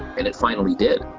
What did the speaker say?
and it finally did.